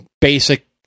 basic